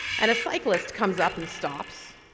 and a cyclist comes up and stops